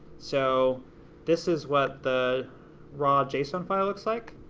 so this is what the raw json file looks like